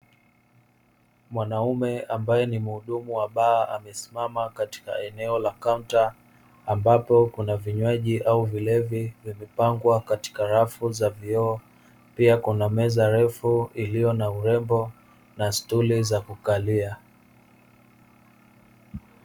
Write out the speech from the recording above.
Mwanaume ambaye ni mhudumu wa baa amesimama katika eneo la kaunta, ambapo kuna vinywaji au vilevi vimepangwa katika rafu za vioo, pia kuna meza refu iliyo na urembo na stuli za kukalia.